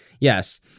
Yes